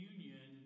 Union